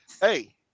Hey